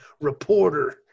reporter